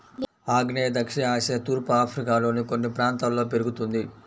ఆగ్నేయ దక్షిణ ఆసియా తూర్పు ఆఫ్రికాలోని కొన్ని ప్రాంతాల్లో పెరుగుతుంది